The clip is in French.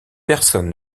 personne